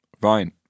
Fine